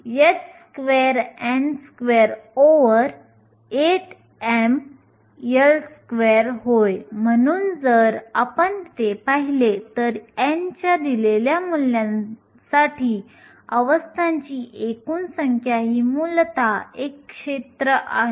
आपण फक्त वाहक बँड बघत असल्याने E येथे वाहक बँडच्या तळाशी लिहायला हवे